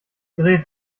gerät